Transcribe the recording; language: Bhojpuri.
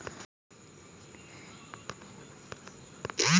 हम पैसा अपने भाई के भेजल चाहत बानी जौन शहर से बाहर रहेलन